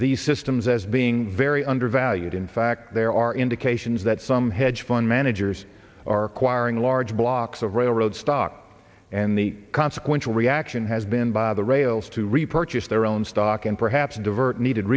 these systems as being very undervalued in fact there are indications that some hedge fund managers are acquiring large blocks of railroad stock and the consequential reaction has been by the rails to repurchase their own stock and perhaps divert needed